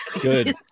Good